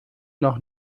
noch